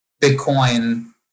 Bitcoin